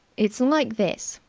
it's like this.